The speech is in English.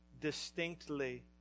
distinctly